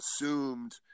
assumed